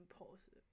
impulsive